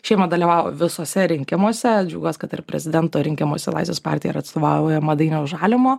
šiemet dalyvavo visuose rinkimuose džiaugiuos kad ir prezidento rinkimuose laisvės partija yra atstovaujama dainiaus žalimo